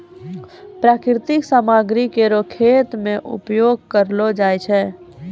प्राकृतिक सामग्री केरो खेत मे उपयोग करलो जाय छै